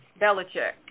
Belichick